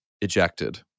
ejected